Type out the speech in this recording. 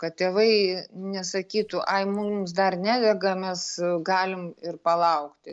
kad tėvai nesakytų ai mums dar nedega mes galim ir palaukti